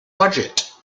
budget